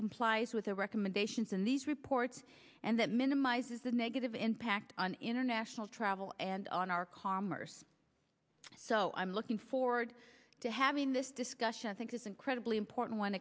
complies with the recommendations in these reports and that minimizes the negative impact on international travel and on our commerce so i'm looking forward to having this discussion i think is incredibly important one